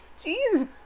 Jeez